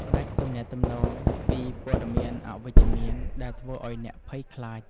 ផ្ដាច់ទំនាក់ទំនងពីព័ត៌មានអវិជ្ជមានដែលធ្វើឱ្យអ្នកភ័យខ្លាច។